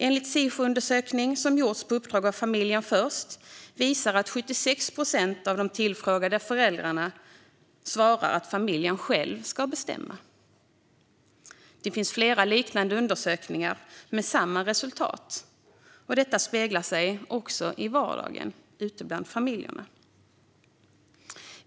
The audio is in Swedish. En Sifoundersökning som gjorts på uppdrag av Familjen Först visar att 76 procent av de tillfrågade föräldrarna svarar att familjen själv ska bestämma. Det finns flera liknande undersökningar med samma resultat. Detta speglar sig också i vardagen ute bland familjerna.